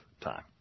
time